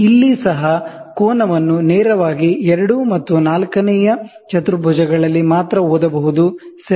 ಇಲ್ಲಿ ಸಹ ಕೋನವನ್ನು ನೇರವಾಗಿ ಎರಡು ಮತ್ತು ನಾಲ್ಕನೆಯ ಎರಡು ಚತುರ್ಭುಜಗಳಲ್ಲಿ ಮಾತ್ರ ಓದಬಹುದು ಸರಿ